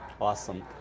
awesome